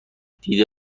دیده